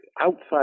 outside